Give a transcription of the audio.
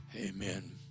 Amen